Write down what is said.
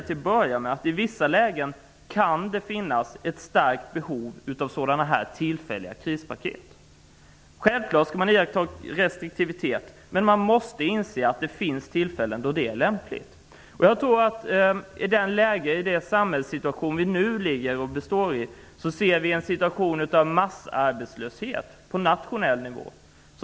I vissa lägen kan det finnas ett starkt behov av sådana här tillfälliga krispaket. Självfallet skall man iaktta restriktivitet, men man måste inse att det finns tillfällen då sådana åtgärder är lämpliga. I det samhällsekonomiska läge som vi nu har ser vi en situation med massarbetslöshet på nationell nivå.